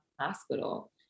hospital